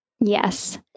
Yes